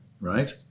right